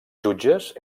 jutges